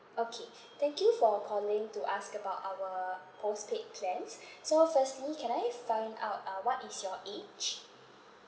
okay thank you for calling to ask about our postpaid plans so firstly can I find out uh what is your age